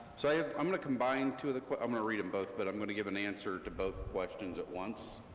so yeah i'm going to combine two of the, i'm going to read em both, but i'm going to give an answer to both questions at once,